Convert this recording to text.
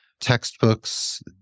textbooks